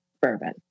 bourbon